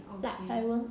ya I will